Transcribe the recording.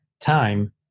time